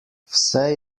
vse